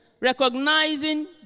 recognizing